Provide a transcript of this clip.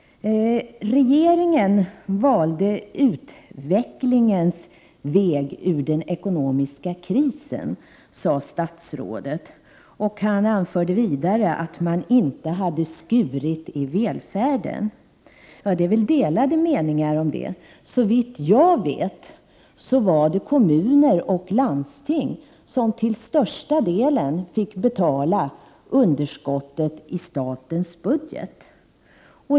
Regeringen valde utvecklingens väg ur den ekonomiska krisen, sade statsrådet. Han anförde vidare att man inte hade skurit i välfärden. Det råder väl delade meningar om det. Såvitt jag vet var det kommuner och landsting som till största delen fick betala underskottet i statens budget.